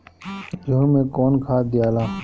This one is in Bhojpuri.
गेहूं मे कौन खाद दियाला?